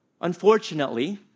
Unfortunately